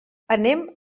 anem